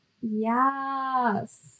yes